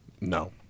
No